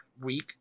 week